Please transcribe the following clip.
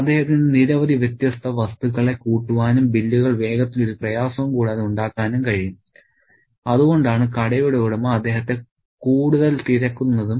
അദ്ദേഹത്തിന് നിരവധി വ്യത്യസ്ത വസ്തുക്കളെ കൂട്ടുവാനും ബില്ലുകൾ വേഗത്തിൽ ഒരു പ്രയാസവും കൂടാതെ ഉണ്ടാക്കാനും കഴിയും അതുകൊണ്ടാണ് കടയുടെ ഉടമ അദ്ദേഹത്തെ കൂടുതൽ തിരക്കുന്നതും